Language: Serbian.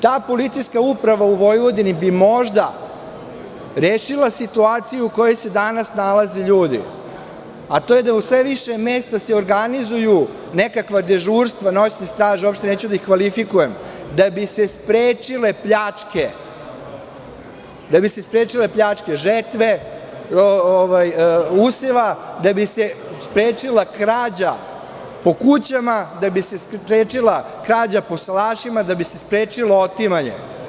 Ta policijska uprava u Vojvodini bi možda rešila situaciju u kojoj se danas nalaze ljudi, a to je da u sve više mesta se organizuju nekakva dežurstva, noćni staž, uopšte neću da ih kvalifikujem, da bi se sprečile pljačke žetve, useva, da bi se sprečila krađa po kućama, da bi se sprečila krađa po salašima, da bi sprečilo otimanje.